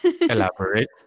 Elaborate